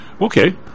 Okay